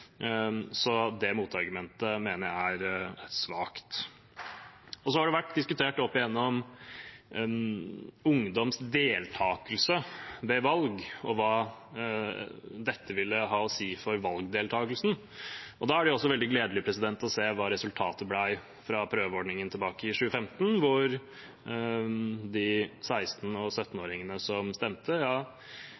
så det motargumentet mener jeg er svakt. Ungdomsdeltakelse ved valg har vært diskutert opp igjennom, hva dette ville ha å si for valgdeltakelsen, og da er det veldig gledelig å se hva resultatet ble fra prøveordningen tilbake i 2015. For de 16- og